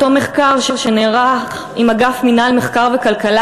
אותו מחקר שנערך עם אגף מינהל מחקר וכלכלה